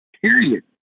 period